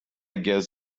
guess